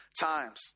times